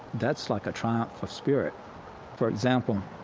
that's like a triumph of spirit for example,